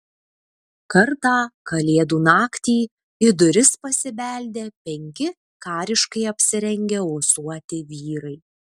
kartą kalėdų naktį į duris pasibeldė penki kariškai apsirengę ūsuoti vyrai